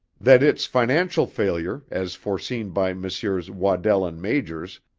that its financial failure, as foreseen by messrs. waddell and majors,